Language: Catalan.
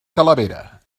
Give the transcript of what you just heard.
calavera